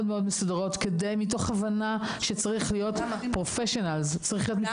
מסודרות מתוך הבנה שצריך להיות מקצוענים.